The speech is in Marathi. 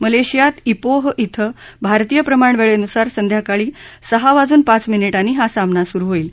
मलेशियात इपोह इथं भारतीय प्रमाण वेळेनुसार संध्याकाळी सहा वाजून पाच मिनिटांनी हा सामना सुरु होईल